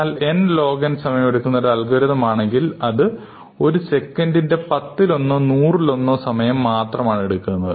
എന്നാൽ n log n സമയം എടുക്കുന്ന ഒരു അൽഗോരിതം ആണെങ്കിൽ അത് ഒരു സെക്കൻഡിന്റെ പത്തിലൊന്നോ നൂറിലൊന്നോ സമയം മാത്രമാണെടുക്കുന്നത്